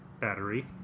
battery